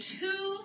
two